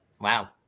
Wow